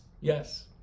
Yes